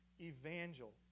Evangel